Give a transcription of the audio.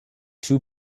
two